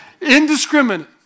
indiscriminate